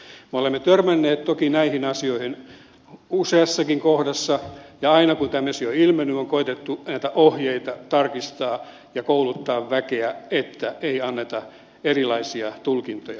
me olemme törmänneet toki näihin asioihin useassakin kohdassa ja aina kun tämmöisiä on ilmennyt on koetettu näitä ohjeita tarkistaa ja kouluttaa väkeä että ei anneta erilaisia tulkintoja